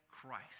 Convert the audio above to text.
Christ